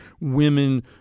women